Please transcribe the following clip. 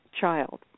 child